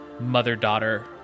mother-daughter